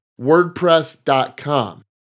WordPress.com